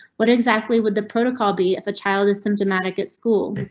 what exactly would the protocol be of a child is symptomatic at school? but